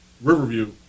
Riverview